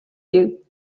you